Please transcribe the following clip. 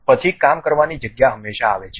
પછી કામ કરવાની જગ્યા હંમેશાં આવે છે